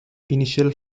initial